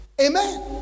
Amen